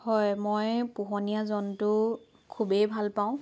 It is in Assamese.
হয় মই পোহনীয়া জন্তু খুবেই ভাল পাওঁ